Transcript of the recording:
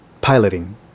piloting